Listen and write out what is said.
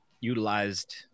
utilized